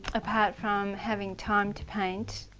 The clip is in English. apart from having time to paint,